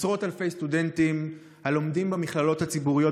עשרות אלפי סטודנטים הלומדים במכללות הציבוריות